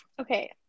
okay